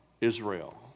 Israel